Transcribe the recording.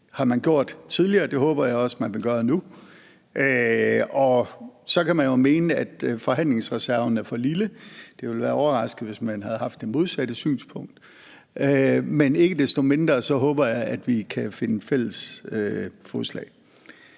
Det har man gjort tidligere, og det håber jeg også at man vil gøre nu. Så kan man jo mene, at forhandlingsreserven er for lille – det ville være overraskende, hvis man havde det modsatte synspunkt. Men ikke desto mindre håber jeg, at vi kan finde fælles fodslag.